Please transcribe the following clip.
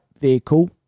vehicle